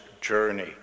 journey